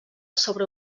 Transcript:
sobre